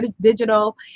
digital